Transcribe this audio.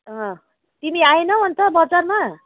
अँ तिमी आएनौ अन्त बजारमा